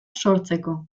sortzeko